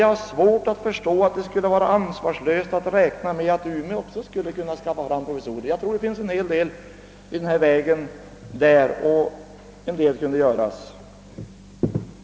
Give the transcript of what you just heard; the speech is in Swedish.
Jag har svårt att förstå att det skulle vara ansvarslöst att räkna med att också Umeå skulle kunna skaffa fram provisorier. Jag tror att det i Umeå finns en hel del i den vägen och att en hel del kan göras i detta avseende.